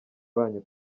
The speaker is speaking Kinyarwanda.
banyu